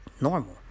normal